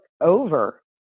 over